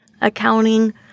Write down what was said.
accounting